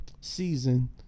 season